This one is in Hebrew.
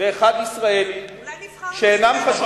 ואחד ישראלי, שאינם חשודים בפוליטיקה.